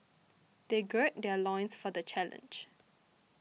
they gird their loins for the challenge